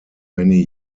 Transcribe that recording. many